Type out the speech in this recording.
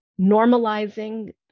Normalizing